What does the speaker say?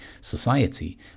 society